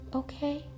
okay